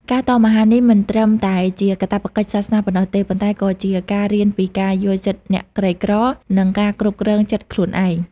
ការតមអាហារនេះមិនត្រឹមតែជាកាតព្វកិច្ចសាសនាប៉ុណ្ណោះទេ ប៉ុន្តែក៏ជាការរៀនពីការយល់ចិត្តអ្នកក្រីក្រ និងការគ្រប់គ្រងចិត្តខ្លួនឯង។